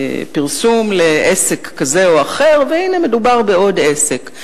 בפרסום לעסק כזה ואחר, כאילו מדובר בעוד עסק.